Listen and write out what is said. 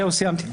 סיימתי.